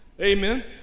Amen